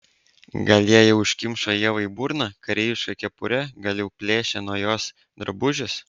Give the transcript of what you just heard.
gal jie jau užkimšo ievai burną kareiviška kepure gal jau plėšia nuo jos drabužius